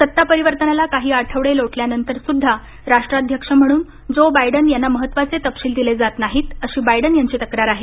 सत्तापरिवर्तानाला काही आठवडे लोटल्यानंतर सुद्धा राष्ट्राध्यक्ष म्हणून जो बायडन यांना महत्वाचे तपशील दिले जात नाहीत अशी बायडन यांची तक्रार आहे